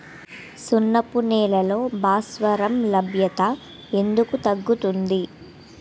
సున్నపు నేలల్లో భాస్వరం లభ్యత ఎందుకు తగ్గుతుంది?